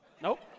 Nope